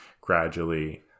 gradually